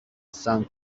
san